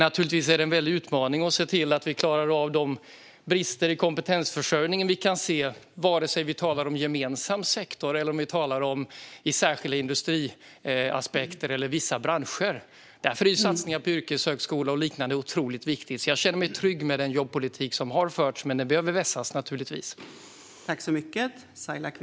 Naturligtvis är det också en väldig utmaning att se till att vi klarar av de brister i kompetensförsörjningen vi kan se vare sig vi talar om gemensam sektor, om särskilda industriaspekter eller om vissa branscher. Därför är satsningar på yrkeshögskola och liknande otroligt viktigt. Jag känner mig alltså trygg med den jobbpolitik som har förts, men den behöver naturligtvis vässas.